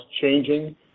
changing